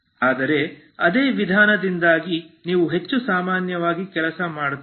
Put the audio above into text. ಆದರೆ ಅದೇ ವಿಧಾನದಿಂದಾಗಿ ಇದು ಹೆಚ್ಚು ಸಾಮಾನ್ಯವಾಗಿ ಕೆಲಸ ಮಾಡುತ್ತದೆ